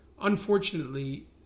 Unfortunately